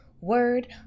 word